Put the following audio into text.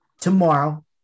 tomorrow